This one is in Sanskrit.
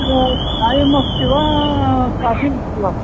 तत्र चायम् अस्ति वा काफ़ी अस्ति वा